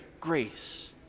grace